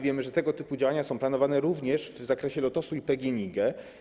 Wiemy, że tego typu działania są planowane również w przypadku Lotosu i PGNiG.